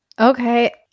Okay